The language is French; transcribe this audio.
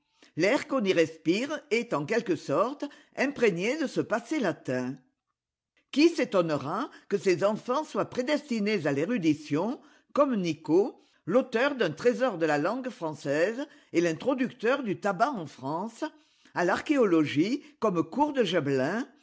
l'air qu'on y respire est en quelque sorte imprégné de ce passé latin oui s'étonnera que ses enfants soient prédestinés à l'érudition comme nicot l'auteur d'un trésor de la langue française l'introducteur du tabac en france à l'archéologie comme court de